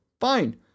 Fine